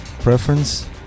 preference